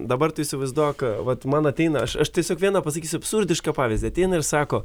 dabar tu įsivaizduok vat man ateina aš aš tiesiog vieną pasakysiu absurdišką pavyzdį ateina ir sako